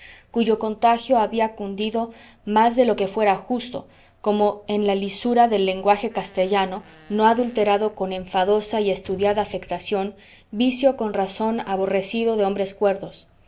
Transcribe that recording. cuyo contagio había cundido más de lo que fuera justo como en la lisura del lenguaje castellano no adulterado con enfadosa y estudiada afectación vicio con razón aborrecido de hombres cuerdos